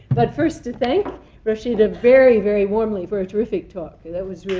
but first, to thank rashida very, very warmly for a terrific talk. that was